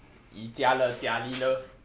yee jia le jia lee le